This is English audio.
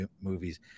movies